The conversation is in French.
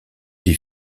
des